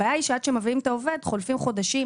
הבעיה היא שעד שמביאים את העובד חולפים חודשים